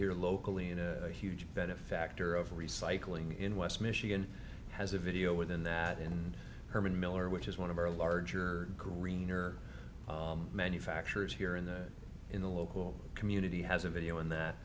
here locally in a huge benefactor of recycling in west michigan has a video within that and herman miller which is one of our larger greener manufacturers here in the in the local community has a video on that